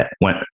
went